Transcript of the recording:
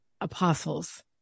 apostles